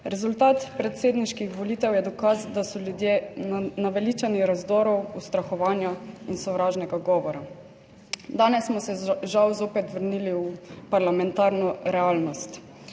Rezultat predsedniških volitev je dokaz, da so ljudje naveličani razdorov, ustrahovanja in sovražnega govora. Danes smo se žal zopet vrnili v parlamentarno realnost.